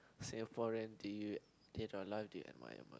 Singaporean do you did your life the